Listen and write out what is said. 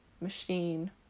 machine